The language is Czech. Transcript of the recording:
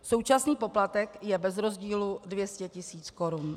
Současný poplatek je bez rozdílu 200 tis. korun.